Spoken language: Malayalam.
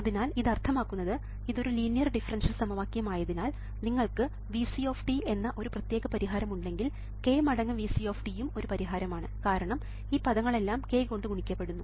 അതിനാൽ ഇത് അർത്ഥമാക്കുന്നത് ഇതൊരു ലീനിയർ ഡിഫറൻഷ്യൽ സമവാക്യം ആയതിനാൽ നിങ്ങൾക്ക് Vc എന്ന ഒരു പ്രത്യേക പരിഹാരം ഉണ്ടെങ്കിൽ k മടങ്ങ് Vc യും ഒരു പരിഹാരമാണ് കാരണം ഈ പദങ്ങളെല്ലാം k കൊണ്ട് ഗുണിക്കപ്പെടും